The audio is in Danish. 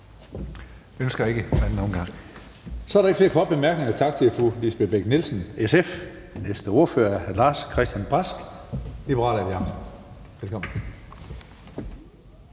ønsker ikke sin anden korte bemærkning. Så er der ikke flere korte bemærkninger. Tak til fru Lisbeth Bech-Nielsen, SF. Næste ordfører er hr. Lars-Christian Brask, Liberal Alliance. Velkommen.